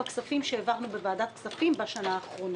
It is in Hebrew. בכספים שהעברנו בוועדת הכספים בשנה האחרונה.